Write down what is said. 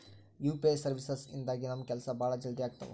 UPI services ಇಂದಾಗಿ ನಮ್ ಕೆಲ್ಸ ಭಾಳ ಜಲ್ದಿ ಅಗ್ತವ